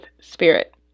Spirit